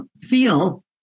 feel